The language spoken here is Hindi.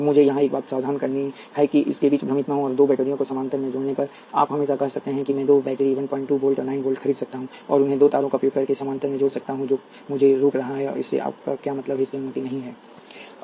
अब मुझे यहां एक बात सावधान करनी है कि इसके बीच भ्रमित न हों और दो बैटरियों को समानांतर में जोड़ने पर आप हमेशा कह सकते हैं कि मैं दो बैटरी 15 वोल्ट और 9 वोल्ट खरीद सकता हूं और उन्हें दो तारों का उपयोग करके समानांतर में जोड़ सकता हूं जो मुझे रोक रहा है इससे आपका क्या मतलब है इसकी अनुमति नहीं है